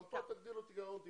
גם פה תגדילו את הגירעון טיפה.